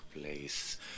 place